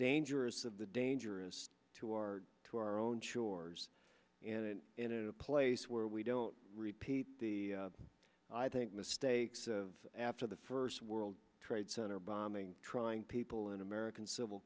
dangerous of the dangerous to our to our own shores and then in a place where we don't repeat the i think mistakes of after the first world trade center bombing trying people in american civil